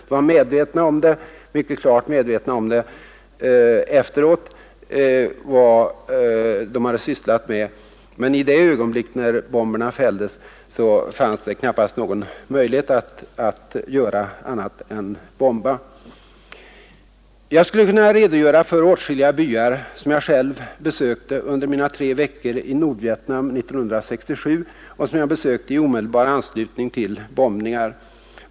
De var mycket klart 133 medvetna om det efteråt, men i det ögonblick bomberna fälldes fanns det knappast någon möjlighet att göra något annat än bomba. Jag skulle kunna redogöra för åtskilliga byar som jag själv besökte under mina tre veckor i Nordvietnam 1967 och som jag besökte i omedelbar anslutning till bombningar.